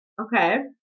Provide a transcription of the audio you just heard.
okay